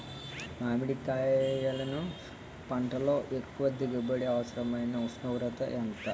మామిడికాయలును పంటలో ఎక్కువ దిగుబడికి అవసరమైన ఉష్ణోగ్రత ఎంత?